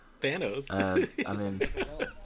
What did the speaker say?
Thanos